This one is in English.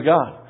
God